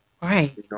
Right